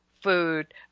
food